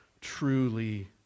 Truly